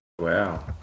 Wow